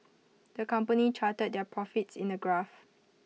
the company charted their profits in A graph